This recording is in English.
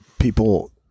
People